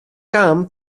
kaam